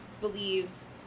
believes